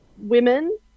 women